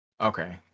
Okay